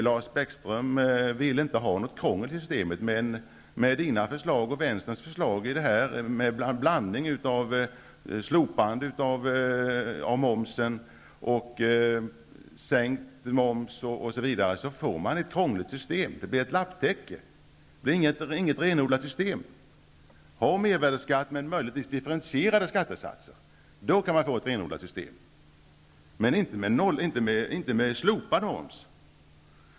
Lars Bäckström vill inte ha något krångel i systemet, men med hans och Vänsterns förslag som innehåller en blandning av slopande av momsen, sänkt moms osv. blir det ett krångligt system. Det blir inget renodlat system utan ett lapptäcke. Om man har mervärdesskatt med differentierade skattesatser kan man möjligtvis få ett renodlat system, men inte om man slopar momsen.